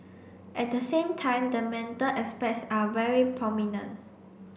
at the same time the mental aspects are very prominent